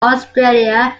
australia